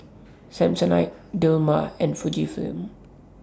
Samsonite Dilmah and Fujifilm